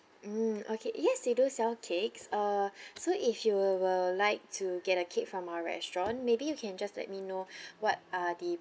hmm okay yes we do sell cakes uh so if you will like to get a cake from our restaurant maybe you can just let me know what are the